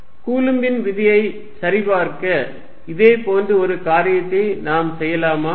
F Gm1m2r122r12 கூலும்பின் விதியை சரிபார்க்க இதே போன்ற ஒரு காரியத்தை நாம் செய்யலாமா